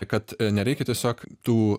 kad nereikia tiesiog tų